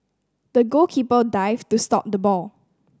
the goalkeeper dived to stop the ball